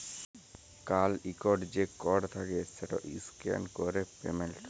কাল ইকট যে কড থ্যাকে সেট ইসক্যান ক্যরে পেমেল্ট